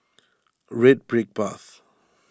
Red Brick Path